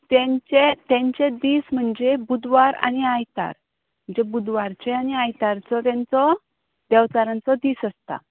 तांचे तांचे दीस म्हणजे बुधवार आनी आयतार म्हणजे बुधवारचे आनी आयतारचो तांचो देंवचारांचो दीस आसता